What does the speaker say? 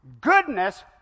Goodness